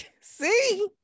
See